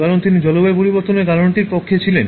কারণ তিনি জলবায়ু পরিবর্তনের কারণটির পক্ষে ছিলেন